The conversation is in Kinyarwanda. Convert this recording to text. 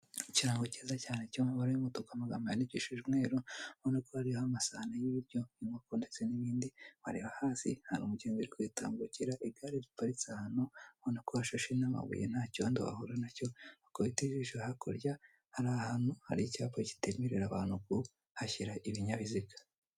Ikirango Kiza cyane cyo mu mabara y'umutuku amagambo yandikishe umweru ubona ko hariho amasani y'ibiryo, inkoko ndetse n'ibindi bareba hasi, hari umugenzi uri kwitambukira, igare riparitse ahantu abona ko hashashe n'amabuye nta cyodo wahura na cyo ariko witegereje hakurya hari ahantu hari icyapa kitemerera abantu kuhashyira ibinyabiziga.